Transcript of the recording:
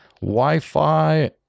Wi-Fi